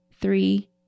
three